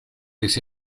les